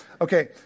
Okay